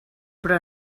però